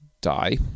die